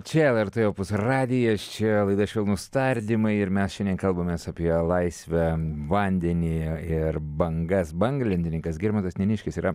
čia lrt opus radijas čia laida švelnūs tardymai ir mes šiandien kalbamės apie laisvę vandenį ir bangas banglentininkas girmantas nėniškis yra